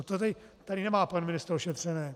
To tady nemá pan ministr ošetřeno.